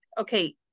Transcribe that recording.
Okay